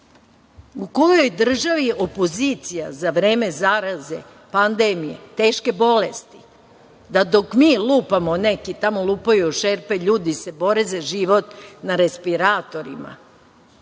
U kojoj državi opozicija za vreme zaraze, pandemije, teške bolesti, da dok mi lupamo neki tamo lupaju o šerpe? Ljudi se bore za život na respiratorima,